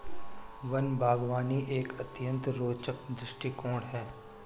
one बागवानी एक अत्यंत रोचक दृष्टिकोण है